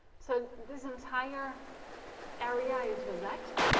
so this entire area is relaxed.